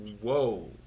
Whoa